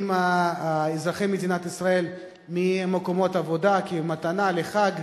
אזרחי מדינת ישראל ממקומות עבודה כמתנה לחג,